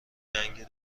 جنگ